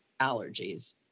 allergies